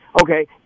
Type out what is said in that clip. okay